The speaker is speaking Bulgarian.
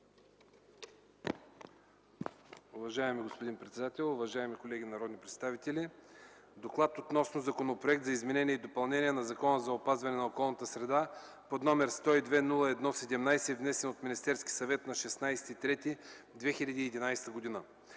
Уважаеми господин председател, уважаеми колеги народни представители! „ДОКЛАД относно Законопроект за изменение и допълнение на Закона за опазване на околната среда, № 102-01-17, внесен от Министерски съвет на 16 март 2011 г.